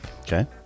Okay